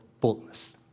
boldness